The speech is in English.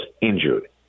injured